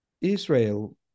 israel